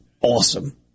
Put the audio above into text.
awesome